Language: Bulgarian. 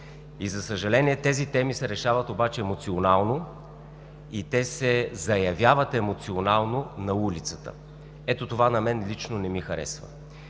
За съжаление, тези теми се решават обаче емоционално и се заявяват емоционално на улицата. Ето това на мен лично не ми харесва.